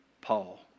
Paul